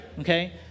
okay